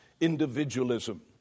individualism